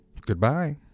Goodbye